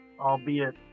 albeit